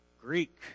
Greek